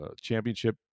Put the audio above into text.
championship